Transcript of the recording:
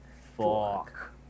fuck